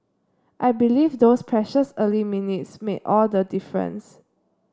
I believe those precious early minutes made all the difference